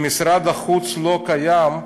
שמשרד החוץ לא קיים,